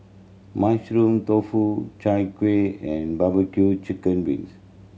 Mushroom Tofu Chai Kueh and barbecue chicken wings